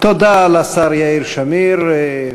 תודה לשר יאיר שמיר.